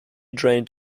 drained